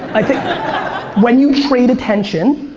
i think when you trade attention,